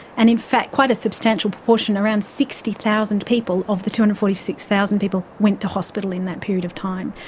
and in fact quite a substantial proportion, around sixty thousand people of the two hundred and forty six thousand people went to hospital in that period of time.